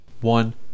One